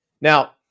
Now